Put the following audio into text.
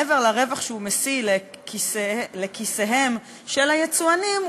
מעבר לרווח שהוא משיא לכיסיהם של היצואנים,